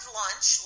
lunch